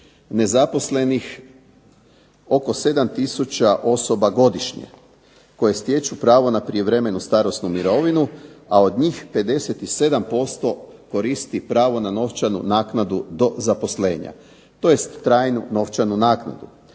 nezaposlenih oko 7 tisuća osoba godišnje, koje stječu pravo na prijevremenu starosnu mirovinu, a od njih 57% koristi pravo na novčanu naknadu do zaposlenja, tj. trajnu novčanu naknadu.